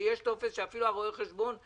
לפני ההצבעה שתדברו עם החברים,